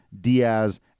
Diaz